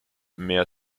mehr